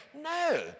No